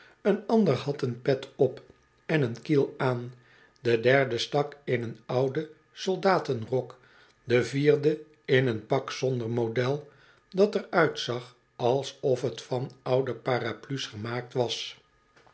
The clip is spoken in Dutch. een ander had een pet op en een kiel aan de derde stak in een ouden soldatenrok de vierde in een pak zonder model dat er uitzag alsof t van oude paraplu's gemaakt was